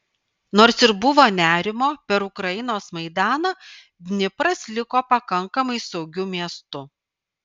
nors ir buvo nerimo per ukrainos maidaną dnipras liko pakankamai saugiu miestu